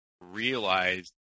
realized